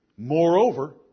Moreover